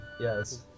Yes